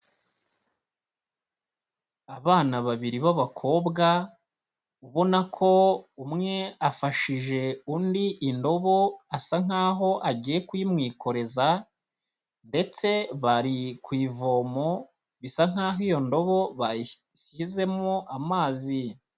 Abana babiri b'abakobwa, ubona ko umwe afashije undi indobo, asa nk'aho agiye kuyimwikoreza ndetse bari ku ivomo, bisa nk'aho iyo ndobo bayisizemwo amazi.